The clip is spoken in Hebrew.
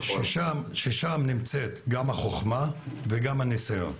שם נמצאת החוכמה והניסיון.